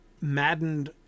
maddened